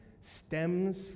stems